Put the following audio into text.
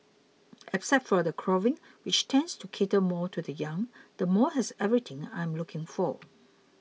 except for the clothing which tends to cater more to the young the mall has everything I am looking for